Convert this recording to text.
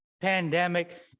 pandemic